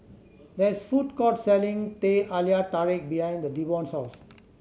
there is food court selling Teh Halia Tarik behind the Devon's house